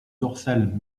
dorsales